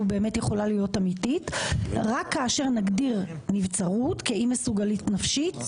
באמת יכולה להיות אמיתית רק כאשר נגדיר נבצרות כאי מסוגלות נפשית,